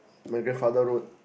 my grandfather road